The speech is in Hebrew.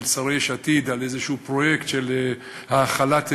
שרי יש עתיד על איזה פרויקט של האכלת ילדים,